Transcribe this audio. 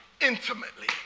intimately